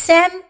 Sam